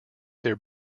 their